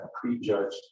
prejudged